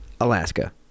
Alaska